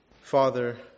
Father